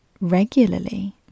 regularly